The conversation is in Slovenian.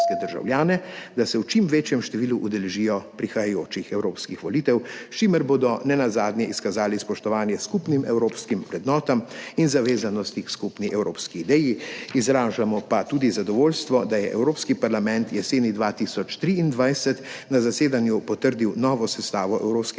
da se v čim večjem številu udeležijo prihajajočih evropskih volitev, s čimer bodo nenazadnje izkazali spoštovanje skupnim evropskim vrednotam in zavezanosti k skupni evropski ideji. Izražamo pa tudi zadovoljstvo, da je Evropski parlament jeseni 2023 na zasedanju potrdil novo sestavo Evropskega